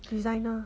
designer